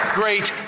great